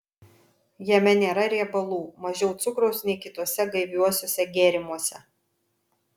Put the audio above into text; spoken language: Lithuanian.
jame nėra riebalų mažiau cukraus nei kituose gaiviuosiuose gėrimuose